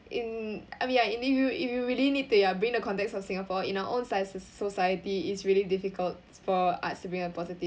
in I mean ya if you if you really need to ya bring the context of singapore in our own sc~ society it's really difficult for arts to bring a positive